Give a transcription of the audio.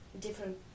different